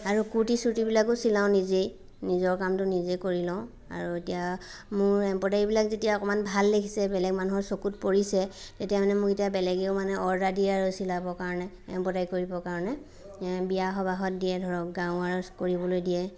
আৰু কূৰ্তি চূৰ্তি বিলাকো চিলাওঁ নিজেই নিজৰ কামটো নিজে কৰি লওঁ আৰু এতিয়া মোৰ এম্ব্ৰইদাৰি বিলাক যেতিয়া অকণমান ভাল দেখিছে বেলেগ মানুহৰ চকুত পৰিছে তেতিয়া মানে মোক এতিয়া বেলেগও মানে অৰ্ডাৰ দিয়ে আৰু চিলাবৰ কাৰণে এম্ব্ৰইদাৰি কৰিবৰ কাৰণে বিয়া সবাহত দিয়ে ধৰক গাৰুৱাৰত কৰিবলৈ দিয়ে